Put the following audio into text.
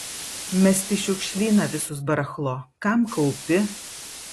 mest į šiukšlyną visus barachlo kam kaupi